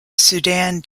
sudan